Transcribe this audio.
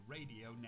Radio